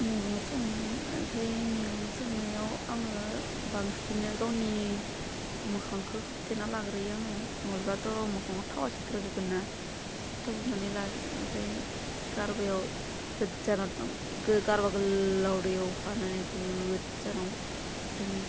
मेगं संनोखौ मेगं संनायाव आङो बांसिना गावनि मोखांखौ खोबथेना लाग्रोयो आङो नङाबाथ' मोखाङाव थावा सिददाव जोबगोन्ना थाव होग्रोनानै लाबाथाय गारबायाव गोजानाव गारबा गोलाव खानानै गोजानाव दोनो